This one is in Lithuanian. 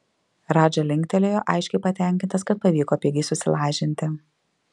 radža linktelėjo aiškiai patenkintas kad pavyko pigiai susilažinti